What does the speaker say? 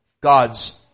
God's